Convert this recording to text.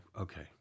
okay